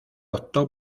optó